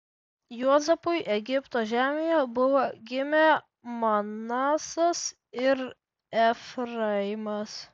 juozapui egipto žemėje buvo gimę manasas ir efraimas